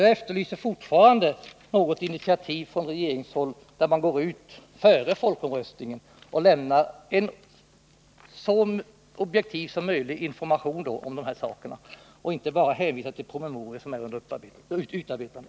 Jag efterlyser fortfarande något initiativ från regeringshåll, innebärande att man före folkomröstningen lämnar en så objektiv information som möjligt om dessa frågor — inte bara hänvisar till promemorior som är under utarbetande.